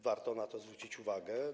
Warto na to zwrócić uwagę.